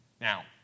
Now